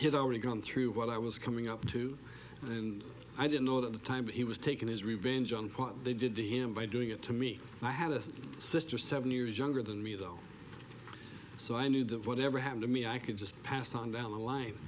had already gone through what i was coming up to and i didn't know it at the time but he was taking his revenge on what they did to him by doing it to me i had a sister seven years younger than me though so i knew that whatever happened to me i could just pass on down the line